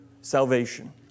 salvation